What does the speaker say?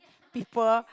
people